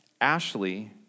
Ashley